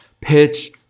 pitch